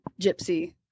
gypsy